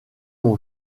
mon